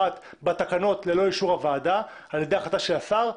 מפורט בתקנות ללא אישור הוועדה אלא על ידי החלטה של השר,